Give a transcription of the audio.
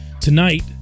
tonight